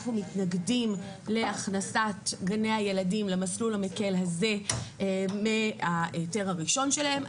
אנחנו מתנגדים להכנסת גני הילדים למסלול המקל הזה מההיתר הראשון שלהם.